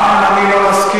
גם אם אני לא מסכים,